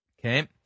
okay